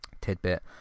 tidbit